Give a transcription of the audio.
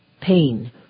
pain